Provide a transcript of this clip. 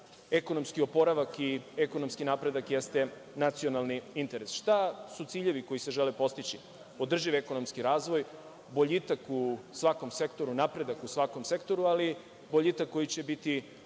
ekonomski oporavak i ekonomski napredak jeste nacionalni interes. Šta su ciljevi koji se žele postići? Održivi ekonomski razvoj, boljitak u svakom sektoru, napredak u svakom sektoru, ali boljitak koji će biti